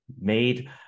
made